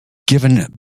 given